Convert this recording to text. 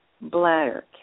bladder